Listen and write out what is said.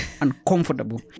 uncomfortable